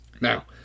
Now